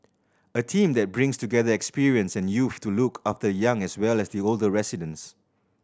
a team that brings together experience and youth to look after the young as well as the older residents